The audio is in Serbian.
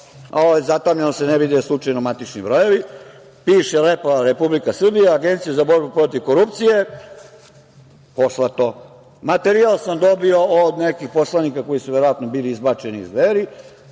Ovo je zatamnjeno da se ne vide slučajno matični brojevi. Piše lepo – Republika Srbija, Agencija za borbu protiv korupcije. Poslato. Materijal sam dobio od nekih poslanika koji su verovatno bili izbačeni iz Dveri,